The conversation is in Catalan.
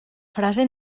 frase